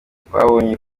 twabonye